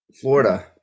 Florida